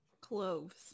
Cloves